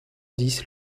dix